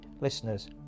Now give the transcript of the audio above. listeners